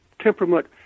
temperament